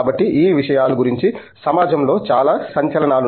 కాబట్టి ఈ విషయాల గురించి సమాజంలో చాలా సంచలనాలు ఉన్నాయి